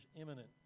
imminent